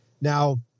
Now